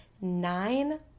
nine